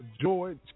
George